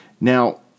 Now